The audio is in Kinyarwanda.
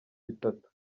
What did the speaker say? bitatu